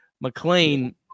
McLean